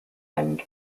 end